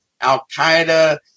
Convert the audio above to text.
Al-Qaeda